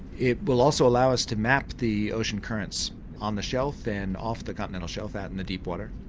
it will also allow us to map the ocean currents on the shelf and off the continental shelf, out in the deep water,